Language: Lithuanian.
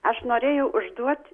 aš norėjau užduot